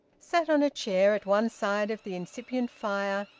sat on a chair at one side of the incipient fire,